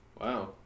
Wow